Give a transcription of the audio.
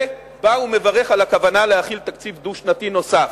והוא מברך על הכוונה להחיל תקציב דו-שנתי נוסף.